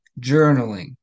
journaling